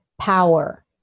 power